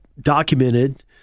documented